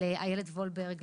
לאילת וולברג,